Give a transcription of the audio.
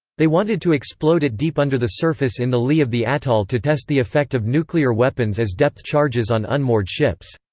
they wanted to explode it deep under the surface in the lee of the atoll to test the effect of nuclear weapons as depth charges on unmoored ships.